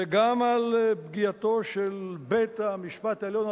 וגם על פגיעתו של בית-המשפט העליון,